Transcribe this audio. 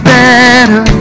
better